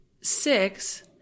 six